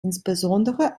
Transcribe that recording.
insbesondere